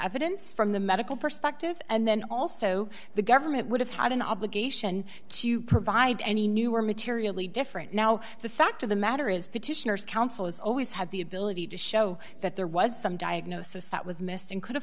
didn't from the medical perspective and then also the government would have had an obligation to provide any new or materially different now the fact of the matter is petitioners counsel is always had the ability to show that there was some diagnosis that was missed and could